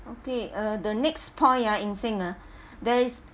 okay uh the next point ah eng seng ah there is